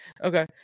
Okay